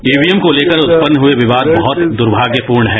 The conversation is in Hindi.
इवीएम को लेकर उत्पन्न हुए विवाद बहुत द्र्भाग्यपूर्ण है